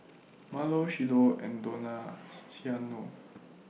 Marlo Shiloh and Dona Ciano